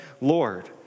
Lord